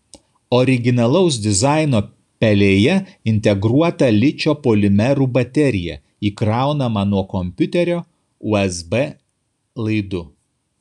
originalaus dizaino pelėje integruota ličio polimerų baterija įkraunama nuo kompiuterio usb laidu